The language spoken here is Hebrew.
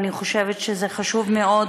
ואני חושבת שזה חשוב מאוד